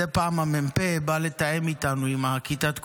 מדי פעם המ"פ בא לתאם איתנו, עם כיתת הכוננות,